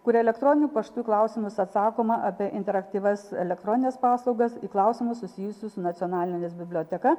kur elektroniniu paštu į klausimus atsakoma apie interaktyvias elektronines paslaugas klausimus susijusius su nacionalinės biblioteka